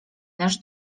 nasz